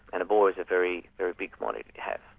and a bore is a very very big commodity to have.